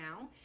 now